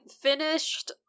finished